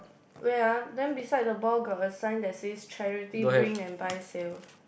where ah then beside the ball got a sign that says charity bring and buy sale